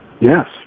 Yes